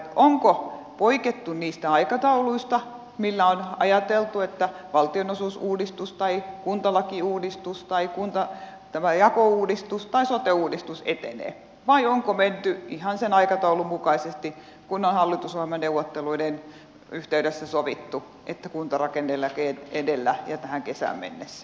onko poikettu niistä aikatauluista millä on ajateltu että valtionosuusuudistus tai kuntalakiuudistus tai kuntajakouudistus tai sote uudistus etenevät vai onko menty ihan sen aikataulun mukaisesti kuin on hallitusohjelmaneuvotteluiden yhteydessä sovittu eli kuntarakenne edellä ja tähän kesään mennessä